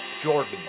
Jordan